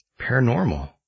paranormal